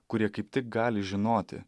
kurie kaip tik gali žinoti